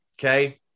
okay